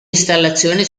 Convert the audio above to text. installazione